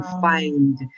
find